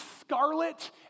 scarlet